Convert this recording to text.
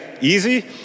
easy